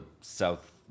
South